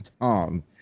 Tom